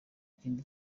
kindi